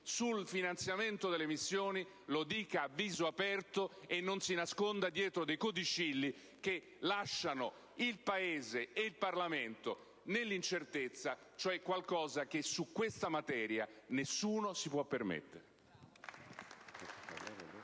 sul finanziamento delle missioni, lo dica a viso aperto e non si nasconda dietro codicilli che lasciano il Paese e il Parlamento nell'incertezza, cosa che su questa materia nessuno si può permettere.